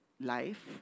life